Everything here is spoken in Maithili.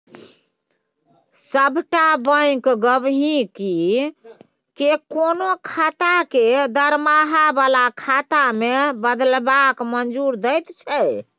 सभटा बैंक गहिंकी केँ कोनो खाता केँ दरमाहा बला खाता मे बदलबाक मंजूरी दैत छै